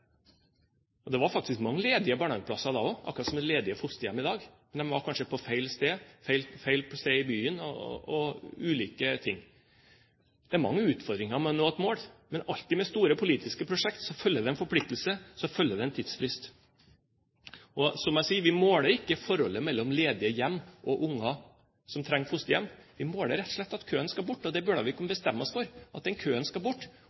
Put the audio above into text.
ledige fosterhjem i dag. Men de var kanskje på feil sted, på feil sted i byen – ulike ting. Det er mange utfordringer med å nå et mål, men med store politiske prosjekter følger det alltid en forpliktelse, og så følger det en tidsfrist. Som jeg sier: Vi måler ikke forholdet mellom ledige hjem og barn som trenger fosterhjem. Vi måler rett og slett den køen som skal bort, og vi bør kunne bestemme oss for at den køen skal bort.